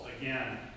Again